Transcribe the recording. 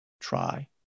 try